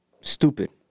stupid